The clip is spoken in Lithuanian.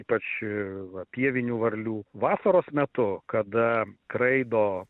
ypač va pievinių varlių vasaros metu kada skraido